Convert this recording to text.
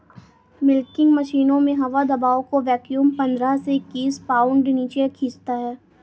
milking मशीनों में हवा दबाव को वैक्यूम पंद्रह से इक्कीस पाउंड नीचे खींचता है